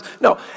No